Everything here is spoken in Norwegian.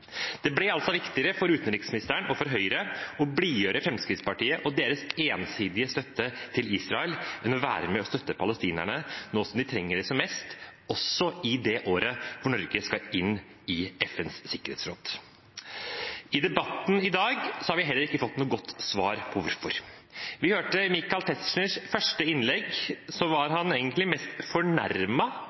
Det ble altså viktigere for utenriksministeren og for Høyre å blidgjøre Fremskrittspartiet og deres ensidige støtte til Israel enn å være med og støtte palestinerne, nå som de trenger det som mest, også i det året hvor Norge skal inn i FNs sikkerhetsråd. I debatten i dag har vi heller ikke fått noe godt svar på hvorfor. Vi hørte i Michael Tetzschners første innlegg at han egentlig var mest